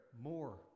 more